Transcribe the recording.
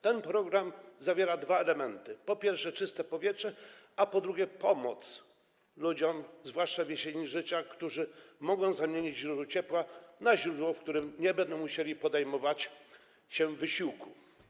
Ten program zawiera dwa elementy: po pierwsze, czyste powietrze, po drugie, pomoc ludziom, zwłaszcza w jesieni życia, którzy mogą zamienić źródło ciepła na źródło, które nie będzie wymagało podejmowania przez nich wysiłku.